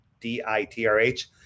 D-I-T-R-H